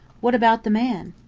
what about the man?